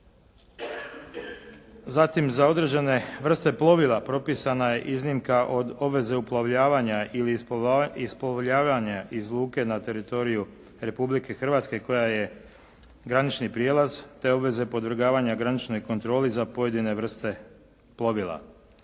zatim za određene vrste plovila propisana je iznimka od obveze uplovljavanja ili isplovljavanja iz luke na teritoriju Republike Hrvatske koja je granični prijelaz te obveze podvrgavanja graničnoj kontroli za pojedine vrste plovila.